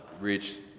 reach